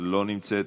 לא נמצאת.